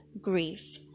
grief